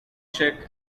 check